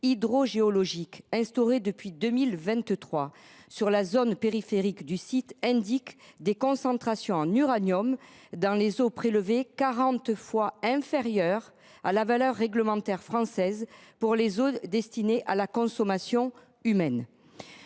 hydrogéologique instauré en 2023 sur la zone périphérique du site fait apparaître des concentrations en uranium dans les eaux prélevées quarante fois inférieures à la valeur maximale réglementaire française pour les eaux destinées à la consommation humaine.